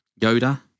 Yoda